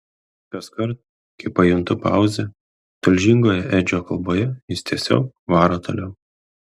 kaskart kai pajuntu pauzę tulžingoje edžio kalboje jis tiesiog varo toliau